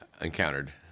encountered